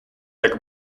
jak